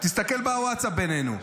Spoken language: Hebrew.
תסתכל בווטסאפ בינינו.